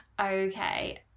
okay